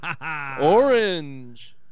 Orange